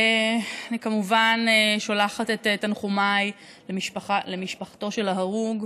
אני כמובן שולחת את תנחומיי למשפחתו של ההרוג,